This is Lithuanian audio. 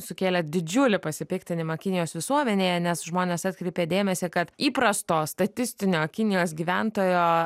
sukėlė didžiulį pasipiktinimą kinijos visuomenėje nes žmonės atkreipė dėmesį kad įprasto statistinio kinijos gyventojo